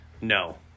No